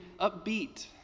upbeat